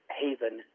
haven